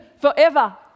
forever